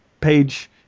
page